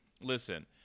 listen